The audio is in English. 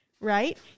right